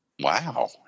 Wow